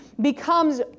becomes